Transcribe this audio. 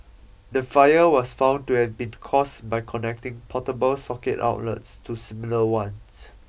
the fire was found to have been caused by connecting portable socket outlets to similar ones